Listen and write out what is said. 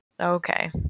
Okay